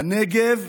בנגב